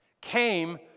came